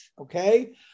Okay